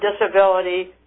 disability